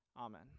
Amen